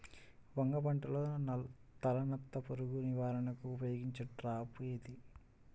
వంగ పంటలో తలనత్త పురుగు నివారణకు ఉపయోగించే ట్రాప్ ఏది?